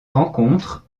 rencontre